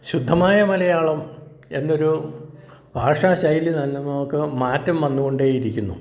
ശുദ്ധമായ മലയാളം എന്നൊരു ഭാഷാ ശൈലി തന്നെ നമുക്ക് മാറ്റം വന്ന് കൊണ്ടേ ഇരിക്കുന്നു